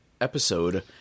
episode